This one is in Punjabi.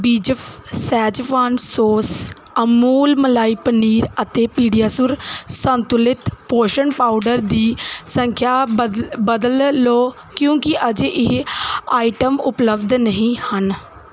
ਬਿਚਫ਼ ਸੈਜ਼ਵਾਨ ਸੌਸ ਅਮੂਲ ਮਲਾਈ ਪਨੀਰ ਅਤੇ ਪੀਡਿਆਸੁਰ ਸੰਤੁਲਿਤ ਪੋਸ਼ਣ ਪਾਊਡਰ ਦੀ ਸੰਖਿਆ ਬਦ ਬਦਲ ਲਓ ਕਿਉਂਕਿ ਅਜੇ ਇਹ ਆਈਟਮ ਉਪਲੱਬਧ ਨਹੀਂ ਹਨ